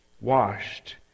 washed